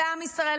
לעם ישראל,